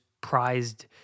prized